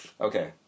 Okay